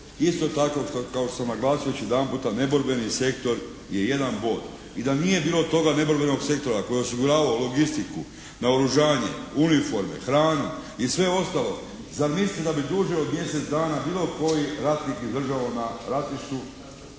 Isto tako, kao što sam naglasio već jedan puta neborbeni sektor je jedan bod i da nije bilo toga neborbenog sektora koji je osiguravao logistiku, naoružanje, uniforme, hranu i sve ostalo zar mislite da bi duže od mjesec dana bilo koji ratnik izdržao na ratištu?